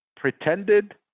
pretended